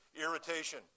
irritation